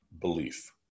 belief